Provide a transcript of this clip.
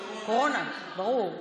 קורונה, ברור.